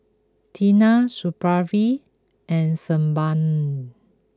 Tena Supravit and Sebamed